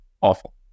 awful